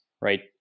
right